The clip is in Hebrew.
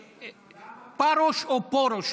פרוש או פורוש?